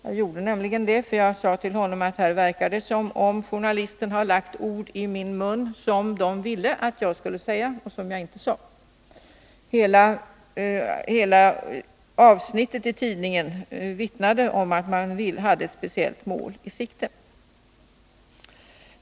Jag gjorde nämligen det, och jag förklarade för honom att här verkar det som om man hade lagt ord i min mun som man ville att jag skulle säga men som jag inte sade. Hela avsnittet i tidningen vittnade om att man hade ett speciellt mål i sikte.